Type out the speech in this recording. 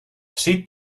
tři